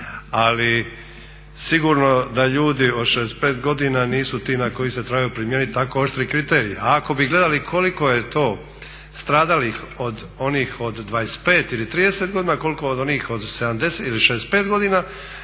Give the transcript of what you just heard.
Ali sigurno da ljudi od 65 godina nisu ti na koje se trebaju primijeniti tako oštri kriteriji. A ako bi gledali koliko je to stradalih od onih od 25 ili 30 godina koliko onih od 70 ili 65 godina